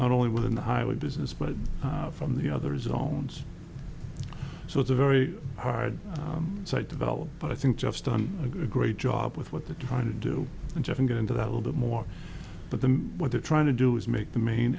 not only within the highway business but from the other zones so it's a very hard site developed but i think just done a great job with what they're trying to do and jeff and get into that little bit more but them what they're trying to do is make the main